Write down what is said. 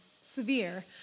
severe